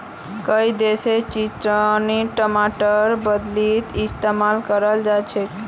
कई देशत चिचिण्डा टमाटरेर बदली इस्तेमाल कराल जाछेक